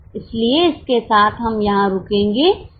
इसलिए इसके साथ हम यहां रुकेंगे